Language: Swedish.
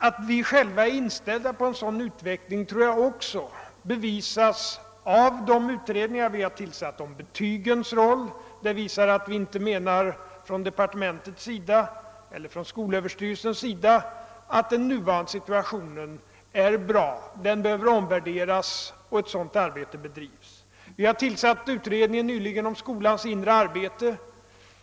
Att vi själva är inställda på en sådan utveckling tror jag också bevisas av de utredningar vi tillsatt. Utredningen om betygens roll visar att vi från skolöverstyrelsens och departementets sida inte anser att den nuvarande situationen är bra; den behöver omvärderas, och ett sådant arbete pågår. Vi har nyligen tillsatt en utredning om skolans inre arbete.